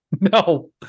No